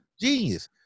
Genius